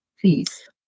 please